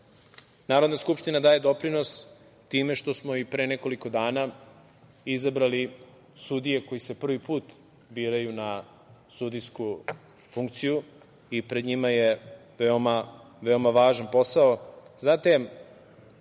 Narodna skupština daje doprinos time što smo pre nekoliko dana izabrali sudije koji se prvi put biraju na sudijsku funkciju i pred njima je veoma važan posao.